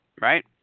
right